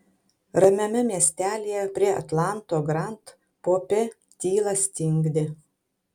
ramiame miestelyje prie atlanto grand pope tyla stingdė